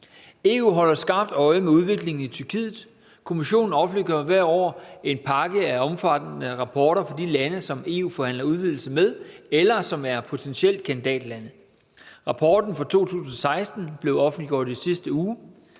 EU holder skarpt øje med udviklingen i Tyrkiet. Kommissionen offentliggør hvert år en pakke af omfattende rapporter for de lande, som EU forhandler udvidelse med, eller som er potentielle kandidatlande. Rapporten for 2016 blev offentliggjort i sidste uge.